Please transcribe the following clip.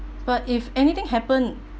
but if anything happen